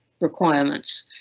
requirements